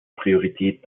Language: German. priorität